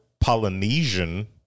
Polynesian